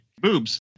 boobs